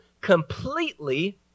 completely